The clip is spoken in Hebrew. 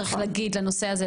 צריך להגיד את הנושא הזה,